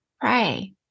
pray